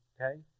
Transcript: okay